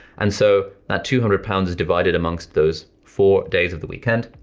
and so that two hundred pounds is divided amongst those four days of the weekend,